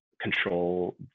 control